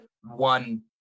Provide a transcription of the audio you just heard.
one